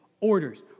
orders